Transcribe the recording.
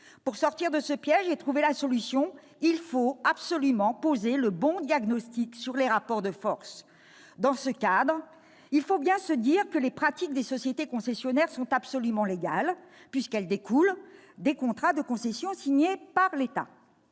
pour sortir de ce piège et trouver la solution, il faut absolument poser le bon diagnostic sur les rapports de forces. Dans ce cadre, il faut bien se dire que les pratiques des sociétés concessionnaires sont absolument légales puisqu'elles découlent des contrats de concession signés par l'État.